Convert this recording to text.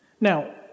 Now